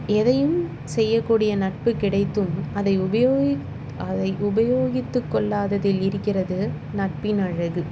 எதையும் செய்யக்கூடிய நட்பு கிடைத்தும் அதை உபயோகி அதை உபயோகித்துக்கொள்ளாததில் இருக்கிறது நட்பின் அழகு